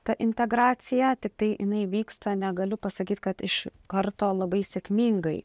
ta integracija tiktai jinai vyksta negaliu pasakyt kad iš karto labai sėkmingai